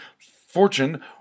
fortune